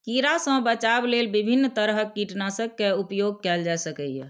कीड़ा सं बचाव लेल विभिन्न तरहक कीटनाशक के उपयोग कैल जा सकैए